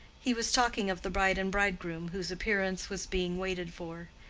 he was talking of the bride and bridegroom, whose appearance was being waited for.